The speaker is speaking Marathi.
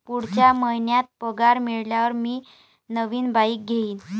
पुढच्या महिन्यात पगार मिळाल्यावर मी नवीन बाईक घेईन